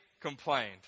complained